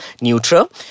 neutral